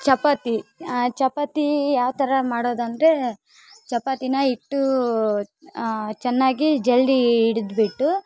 ಚಪಾತಿ ಚಪಾತಿ ಯಾವ್ತರ ಮಾಡೋದಂದರೆ ಚಪಾತಿ ಹಿಟ್ಟೂ ಚೆನ್ನಾಗಿ ಜರಡಿ ಹಿಡಿದ್ ಬಿಟ್ಟು